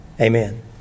amen